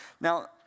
Now